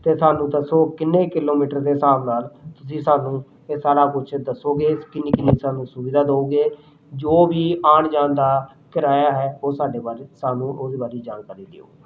ਅਤੇ ਸਾਨੂੰ ਦੱਸੋ ਕਿੰਨੇ ਕਿਲੋਮੀਟਰ ਦੇ ਹਿਸਾਬ ਨਾਲ ਤੁਸੀਂ ਸਾਨੂੰ ਇਹ ਸਾਰਾ ਕੁਛ ਦੱਸੋਗੇ ਕਿੰਨੀ ਕਿੰਨੀ ਸਾਨੂੰ ਸੁਵਿਧਾ ਦੇਵੋਗੇ ਜੋ ਵੀ ਆਉਣ ਜਾਣ ਦਾ ਕਿਰਾਇਆ ਹੈ ਉਹ ਸਾਡੇ ਬਾਰੇ ਸਾਨੂੰ ਉਹਦੇ ਬਾਰੇ ਜਾਣਕਾਰੀ ਦਿਉ